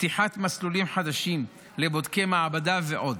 פתיחת מסלולים חדשים לבודקי מעבדה ועוד.